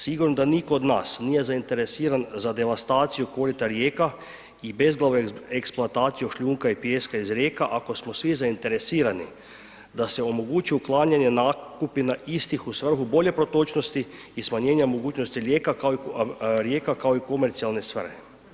Sigurno da nitko od nas nije zainteresiran za devastaciju korita rijeka i bezglavu eksploataciju šljunka i pijeska iz rijeka ako smo svi zainteresirani da se omogućuje otklanjanje nakupina istih u svrhu bolje protočnosti i smanjenja mogućnosti rijeka, kao i komercionalne svrhe.